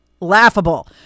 laughable